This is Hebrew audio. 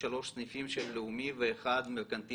צודק חבר הכנסת עיסאווי פריג' שאמר שהתשובה בהקשר הזה היא